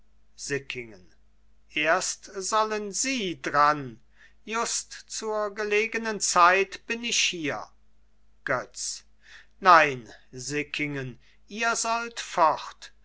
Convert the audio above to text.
sickingen erst sollen sie dran just zur gelegenen zeit bin ich hier götz nein sickingen ihr sollt fort